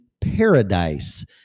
paradise